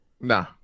Nah